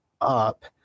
up